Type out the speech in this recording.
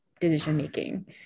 decision-making